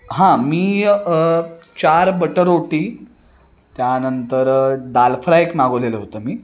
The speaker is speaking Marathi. हां मी चार बटर रोटी त्यानंतर दाल फ्राय एक मागवलेलं होतं मी